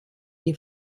die